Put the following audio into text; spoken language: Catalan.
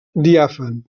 diàfan